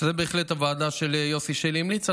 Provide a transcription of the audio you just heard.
על זה הוועדה של יוסי שלי בהחלט המליצה,